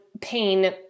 pain